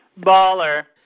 Baller